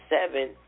seven